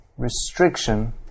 Restriction